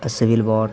civil war